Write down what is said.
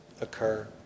occur